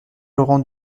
laurent